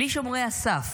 בלי שומרי הסף,